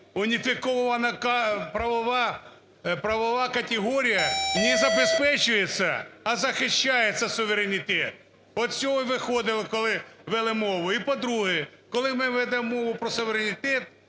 Уніфікована правова категорія не "забезпечується", а "захищається" суверенітет. От із цього й виходили, коли вели мову. І, по-друге, коли ми ведемо мову про суверенітет,